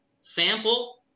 sample